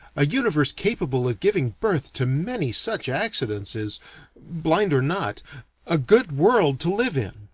a universe capable of giving birth to many such accidents is blind or not a good world to live in,